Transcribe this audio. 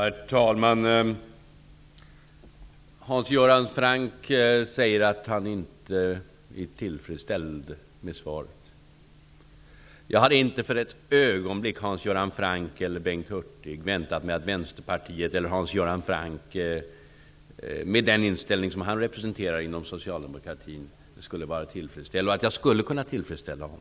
Herr talman! Hans Göran Franck säger att han inte är tillfredsställd med svaret. Jag hade inte för ett ögonblick väntat mig att Vänsterpartiet eller Hans Göran Franck, med den inställning inom socialdemokratin som han representerar, skulle vara tillfredsställda eller att jag skulle kunna tillfredsställa dem.